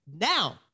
now